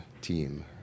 team